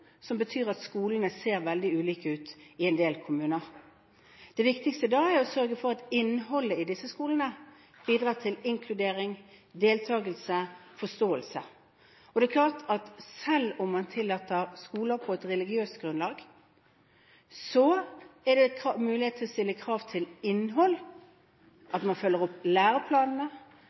som betyr at skolene ser veldig ulike ut i en del kommuner. Det viktigste da er å sørge for at innholdet i disse skolene bidrar til inkludering, deltagelse, forståelse. Det er klart at selv om man tillater skoler på et religiøst grunnlag, er det mulighet til å stille krav til innhold, at man følger opp